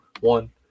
one